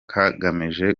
kagamije